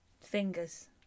Fingers